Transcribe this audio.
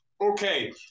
okay